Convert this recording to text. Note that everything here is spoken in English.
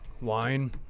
Wine